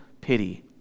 pity